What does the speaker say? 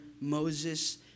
Moses